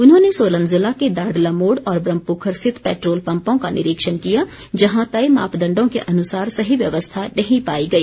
उन्होंने सोलन ज़िला के दाड़ला मोड़ और ब्रम्हपुखर स्थित पैट्रोल पम्पों का निरीक्षण किया जहां तय मापदण्डों के अनुसार सही व्यवस्था नहीं पाई गई